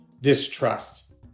distrust